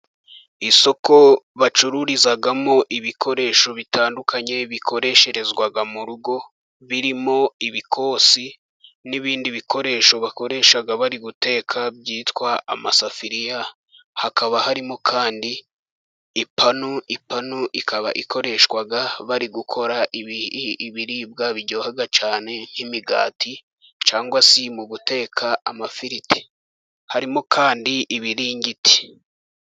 Isoko bacururizamo ibikoresho bitandukanye bikoreshezwa mu rugo, birimo ibikosi n'ibindi bikoresho bakoresha bari guteka byitwa amasafuriya, hakaba harimo kandi ipanu, ipanu ikaba ikoreshwa bari gukora ibiribwa biryoha cyane nk'imigati cyangwa se mu guteka amafiriti harimo kandi ibiringiti.